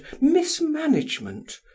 mismanagement